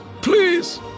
Please